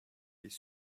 les